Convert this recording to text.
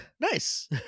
Nice